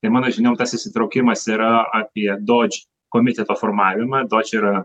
ir mano žiniom tas įsitraukimas yra apie dodž komiteto formavimą dodge yra